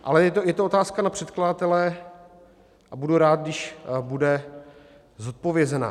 Ale je to otázka na předkladatele a budu rád, když bude zodpovězena.